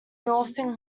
northern